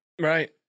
right